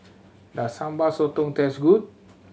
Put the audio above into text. does Sambal Sotong taste good